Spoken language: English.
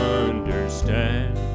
understand